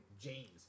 James